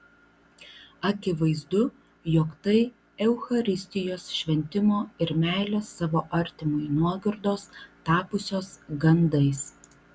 akivaizdu jog tai eucharistijos šventimo ir meilės savo artimui nuogirdos tapusios gandais